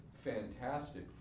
fantastic